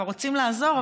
כבר רוצים לעזור,